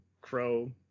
crow